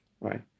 right